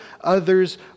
others